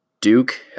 Duke